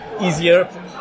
easier